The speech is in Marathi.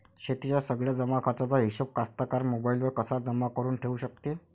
शेतीच्या सगळ्या जमाखर्चाचा हिशोब कास्तकार मोबाईलवर कसा जमा करुन ठेऊ शकते?